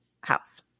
house